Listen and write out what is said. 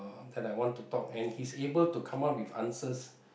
that I want to talk and he's able to come up with answers